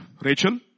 Rachel